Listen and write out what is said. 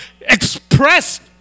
expressed